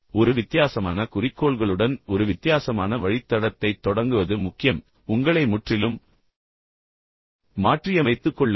எனவே ஒரு வித்தியாசமான குறிக்கோள்களுடன் ஒரு வித்தியாசமான வழித்தடத்தைத் தொடங்குவது முக்கியம் உங்களை முற்றிலும் மாற்றியமைத்துக் கொள்ளுங்கள்